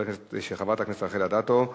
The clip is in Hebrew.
של חברת הכנסת רחל אדטו.